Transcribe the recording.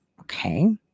Okay